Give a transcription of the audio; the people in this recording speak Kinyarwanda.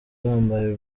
bambaye